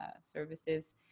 services